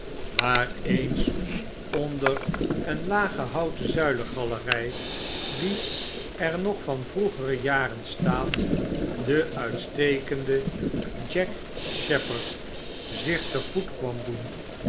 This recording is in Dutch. waar eens onder een lage houten zuilengalery die er nog van vroegere jaren staat de uitstekende jack bheppard zich te goed kwam doen